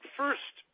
first